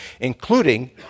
including